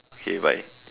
okay bye